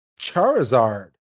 Charizard